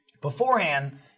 beforehand